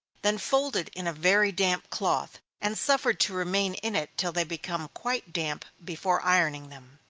then folded in a very damp cloth, and suffered to remain in it till they become quite damp, before ironing them.